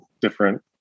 different